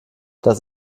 das